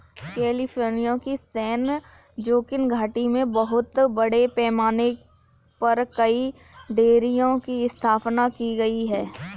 California की San Joaquin घाटी में बहुत बड़े पैमाने पर कई डेयरियों की स्थापना की गई है